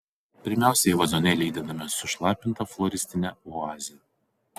pirmiausia į vazonėlį įdedame sušlapintą floristinę oazę